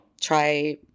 try